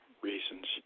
reasons